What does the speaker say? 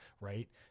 right